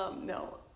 No